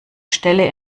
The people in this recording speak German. stelle